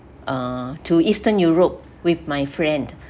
uh to eastern europe with my friend